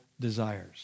desires